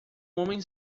homem